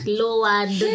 lowered